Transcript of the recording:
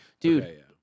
dude